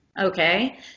okay